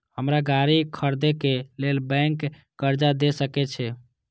हमरा गाड़ी खरदे के लेल बैंक कर्जा देय सके छे?